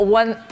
one